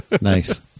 Nice